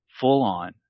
Full-on